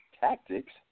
tactics